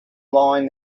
lying